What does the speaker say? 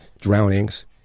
drownings